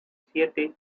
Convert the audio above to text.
siete